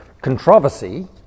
controversy